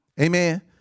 Amen